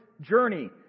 journey